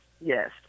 yes